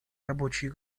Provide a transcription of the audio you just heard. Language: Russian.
рабочей